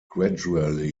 gradually